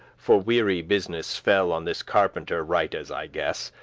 for weary business, fell on this carpenter, right as i guess,